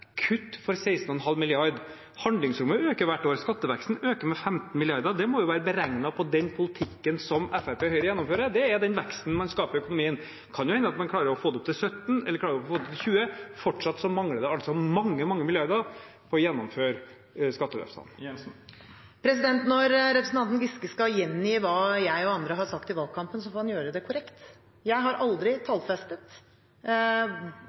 kutt for 16,5 mrd. kr. Handlingsrommet øker hvert år, skatteveksten øker med 15 mrd. kr, og det må jo være beregnet på den politikken som Fremskrittspartiet og Høyre gjennomfører. Det er den veksten man skaper i økonomien. Det kan jo hende at man klarer å få det opp til 17 mrd. kr, eller opp til 20 mrd. kr, men fortsatt mangler det altså mange, mange milliarder på å gjennomføre skatteløftene. Når representanten Giske skal gjengi hva jeg og andre har sagt i valgkampen, får han gjøre det korrekt. Jeg har aldri